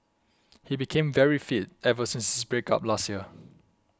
he became very fit ever since his break up last year